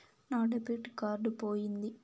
నా debit card పోయింది